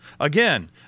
Again